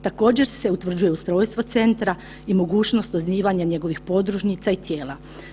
Također se utvrđuje ustrojstvo centra i mogućnost osnivanja njegovih podružnica i tijela.